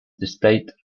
displayed